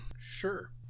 Sure